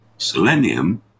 Selenium